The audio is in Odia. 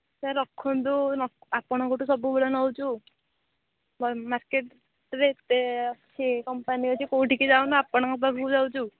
ସାର୍ ରଖନ୍ତୁ ଆପଣଙ୍କଠୁ ସବୁବେଳେ ନେଉଛୁ ନହଲେ ମାର୍କେଟ୍ରେ ଏତେ ଅଛି କମ୍ପାନୀ ଅଛି କୋଉଠିକି ଯାଉନୁ ଆପଣଙ୍କ ପାଖକୁ ଯାଉଛୁ